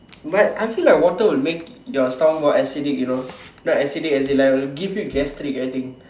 but I feel like water will make your stomach more acidic you know not acidic as in like it will give you gastric I think